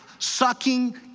sucking